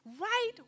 right